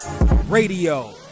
radio